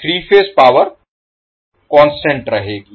3 phase power constant रहेगी